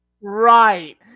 right